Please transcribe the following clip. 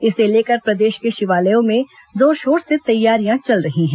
इसे लेकर प्रदेश के शिवालयों में जोरशोर से तैयारियों चल रही हैं